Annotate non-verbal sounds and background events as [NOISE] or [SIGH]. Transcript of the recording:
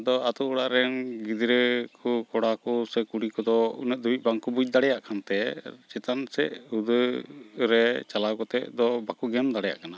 ᱫᱚ ᱟᱛᱳᱼᱚᱲᱟᱜ ᱨᱮᱱ ᱜᱤᱫᱽᱨᱟᱹᱠᱚ ᱠᱚᱲᱟᱠᱚ ᱥᱮ ᱠᱩᱲᱤ ᱠᱚᱫᱚ ᱩᱱᱟᱹᱜ ᱫᱷᱟᱹᱵᱤᱡ ᱵᱟᱝᱠᱚ ᱵᱩᱡᱷ ᱫᱟᱲᱮᱭᱟᱜ ᱠᱟᱱᱛᱮ ᱪᱮᱛᱟᱱᱥᱮᱫ [UNINTELLIGIBLE] ᱨᱮ ᱪᱟᱞᱟᱣ ᱠᱟᱛᱮᱫ ᱫᱚ ᱵᱟᱠᱚ ᱜᱮᱢ ᱫᱟᱲᱮᱭᱟᱜ ᱠᱟᱱᱟ